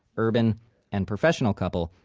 urban and professional couple,